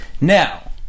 Now